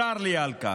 צר לי על כך.